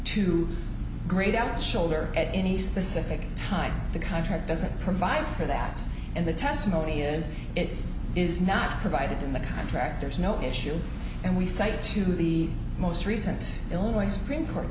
out shoulder at any specific time the contract doesn't provide for that and the testimony is it is not provided in the contract there's no issue and we cite to the most recent illinois supreme court